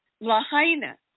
Lahaina